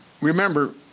remember